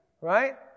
Right